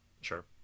sure